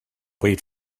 wait